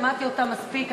שמעתי אותם מספיק,